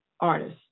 artists